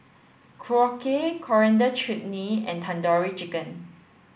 Korokke Coriander Chutney and Tandoori Chicken